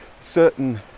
certain